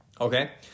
Okay